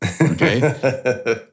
okay